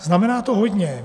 Znamená to hodně.